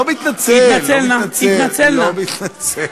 לא מתנצל, לא מתנצל.